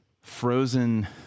frozen